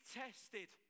tested